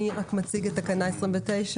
מי מציג את תקנה 29?